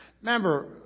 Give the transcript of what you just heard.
Remember